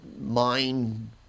mind